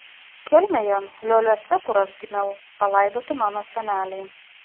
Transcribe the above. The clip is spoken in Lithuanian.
kelmėje lioliuose kur aš gimiau palaidoti mano seneliai